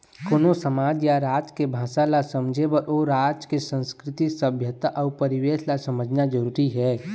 कोनो समाज या राज के भासा ल समझे बर ओ राज के संस्कृति, सभ्यता अउ परिवेस ल समझना जरुरी हे